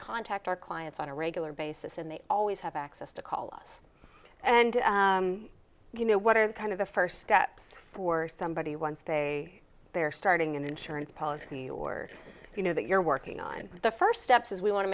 contact our clients on a regular basis and they always have access to call us and you know what are kind of the first steps for somebody once they bear starting an insurance policy or you know that you're working on the first steps is we want to